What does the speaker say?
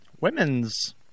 women's